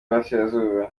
y’uburasirazuba